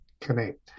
connect